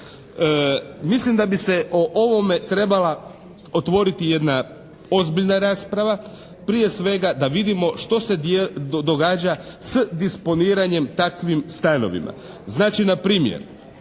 Mislim da bi se o ovome trebala otvoriti jedna ozbiljna rasprava. Prije svega, da vidimo što se događa s disponiranjem takvim stanovima. Znači, na primjer,